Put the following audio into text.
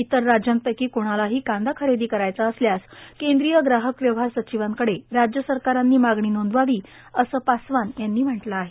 इतर राज्यांपैकी कोणालाही कांदा खरेदी करायचा असल्यास केंद्रीय ग्राहक व्यवहार सचिवांकडे राज्य सरकारांनी मागणी नोंदवावी असं पासवान यांनी म्हटलं आहे